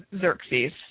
Xerxes